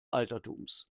altertums